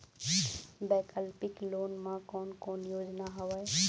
वैकल्पिक लोन मा कोन कोन योजना हवए?